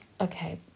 Okay